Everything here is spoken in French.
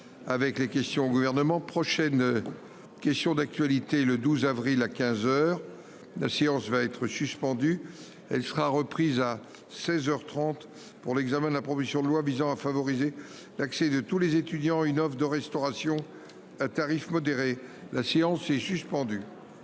avec les questions au gouvernement, prochaine. Question d'actualité, le 12 avril à 15h, la séance va être suspendu. Elle sera reprise à 16h 30 pour l'examen de la proposition de loi visant à favoriser l'accès de tous les étudiants, une offre de restauration. Tarif modéré. La séance est suspendue.